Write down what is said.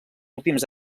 últims